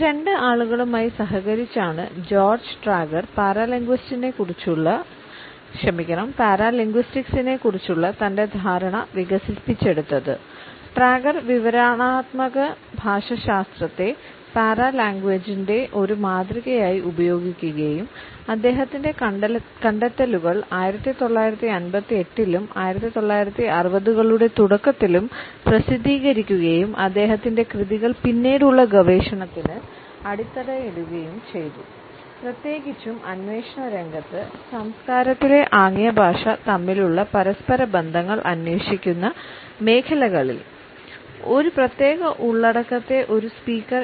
ഈ രണ്ട് ആളുകളുമായി സഹകരിച്ചാണ് ജോർജ്ജ് ട്രാഗർ പാരാലിങ്വിസ്റ്റിക്സിനെക്കുറിച്ചുള്ള തന്റെ ധാരണ വികസിപ്പിച്ചെടുത്തത് ട്രാഗർ